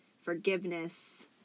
forgiveness